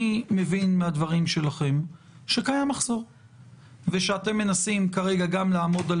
אני מבין מהדברים שלכם שקיים מחסור ושאתם מנסים כרגע גם לעמוד על